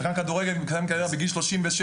שחקן כדורגל מסיים את הקריירה בגיל 37,